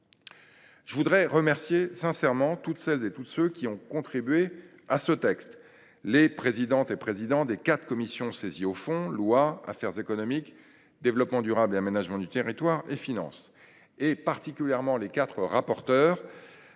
Je tiens à remercier toutes celles et tous ceux qui ont contribué à ce texte : les présidentes et présidents des quatre commissions saisies au fond ou pour avis – lois, affaires économiques, développement durable et aménagement du territoire, finances – et particulièrement les quatre rapporteurs